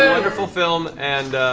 wonderful film and